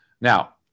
Now